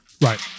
Right